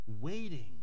waiting